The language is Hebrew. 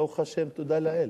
ברוך השם, תודה לאל,